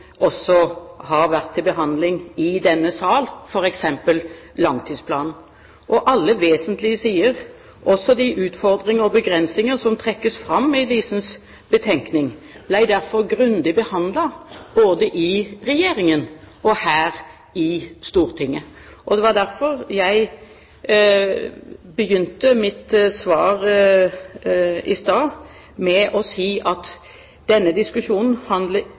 også har vært til behandling i denne sal, f.eks. langtidsplanen. Alle vesentlige sider, også de utfordringer og begrensninger som trekkes fram i Diesens betenkning, ble derfor grundig behandlet både i Regjeringen og her i Stortinget. Det var derfor jeg begynte mitt svar i stad med å si at denne diskusjonen ikke handler